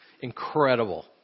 incredible